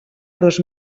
dos